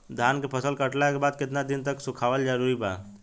धान के फसल कटला के बाद केतना दिन तक सुखावल जरूरी बा?